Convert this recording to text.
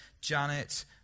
Janet